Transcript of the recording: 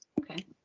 Okay